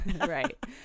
Right